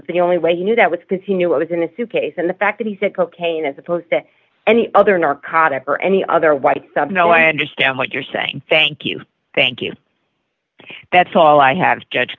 the only way he knew that was because he knew what was in the suitcase and the fact that he said cocaine as opposed to any other narcotic or any other white stuff no i understand what you're saying thank you thank you that's all i have judge